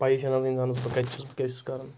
پایِی چھَنہٕ اِنسانَس بہٕ کَتہِ چھُس بہٕ کیٛاہ چھُس کَرَان